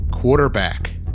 quarterback